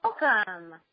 Welcome